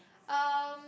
um